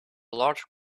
large